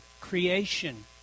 creation